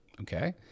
Okay